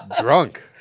drunk